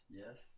yes